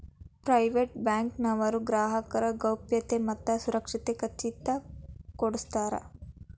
private bank ನವರು ಗ್ರಾಹಕರ ಗೌಪ್ಯತೆ ಮತ್ತ ಸುರಕ್ಷತೆ ಖಚಿತ ಕೊಡ್ಸತಾರ